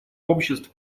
обществ